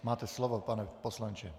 Máte slovo, pane poslanče.